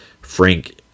frank